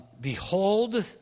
Behold